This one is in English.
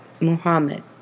Muhammad